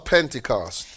Pentecost